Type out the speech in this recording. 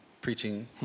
preaching